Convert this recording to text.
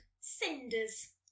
Cinders